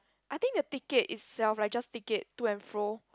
I think the ticket itself right just ticket to and fro